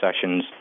sessions